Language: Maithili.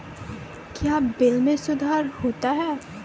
क्या बिल मे सुधार होता हैं?